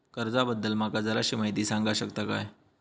कर्जा बद्दल माका जराशी माहिती सांगा शकता काय?